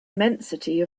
immensity